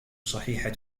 صحيحة